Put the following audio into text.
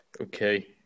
Okay